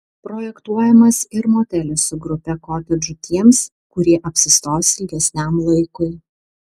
projektuojamas ir motelis su grupe kotedžų tiems kurie apsistos ilgesniam laikui